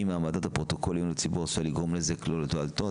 אם העמדת הפרוטוקול לעיון הציבור עשויה לגרום נזק לו או לזולתו,